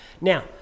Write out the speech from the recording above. Now